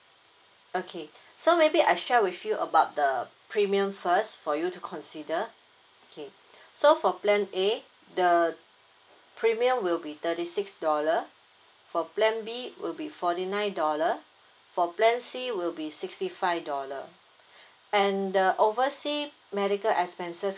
okay so maybe I share with you about the premium first for you to consider okay so for plan A the premium will be thirty six dollar for plan B it will be forty nine dollar for plan C will be sixty five dollar and the oversea medical expenses